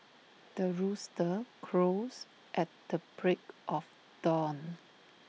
the rooster crows at the break of dawn